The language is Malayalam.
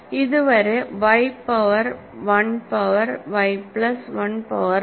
ഇത് വരെ y power 1 power y plus 1 power P